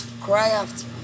Craft